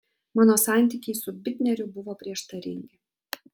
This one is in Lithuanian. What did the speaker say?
mano santykiai su bitneriu buvo prieštaringi